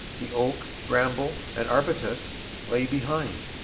the oak, bramble, and arbutus lay behind,